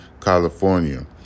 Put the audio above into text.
California